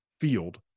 Field